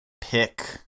pick